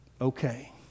Okay